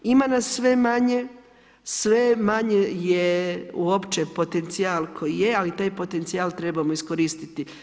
Ima nas sve manje, sve manje je uopće potencijal koji je ali taj potencijal trebamo iskoristiti.